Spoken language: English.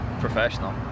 professional